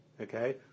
okay